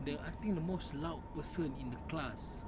the I think the most loud person in the class